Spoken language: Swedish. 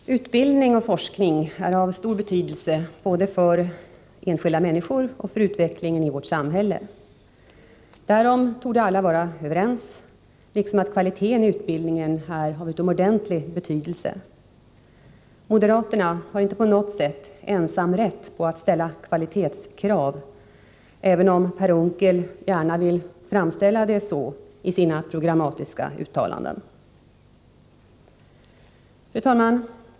Fru talman! Utbildning och forskning är av stor betydelse både för enskilda människor och för utvecklingen i vårt samhälle. Därom torde alla vara överens liksom om att kvaliteten i utbildningen är av utomordentlig vikt. Moderaterna har inte på något sätt ensamrätt till att ställa kvalitetskrav, även om Per Unckel gärna vill framställa det så i sina programmatiska uttalanden.